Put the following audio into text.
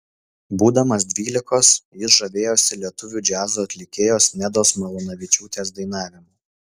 būdamas dvylikos jis žavėjosi lietuvių džiazo atlikėjos nedos malūnavičiūtės dainavimu